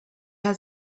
had